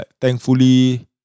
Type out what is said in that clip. thankfully